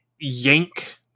Yank